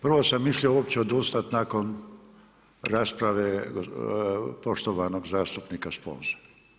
Prvo sam mislio uopće odustati nakon rasprave poštovanog zastupnika Sponze.